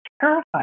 terrified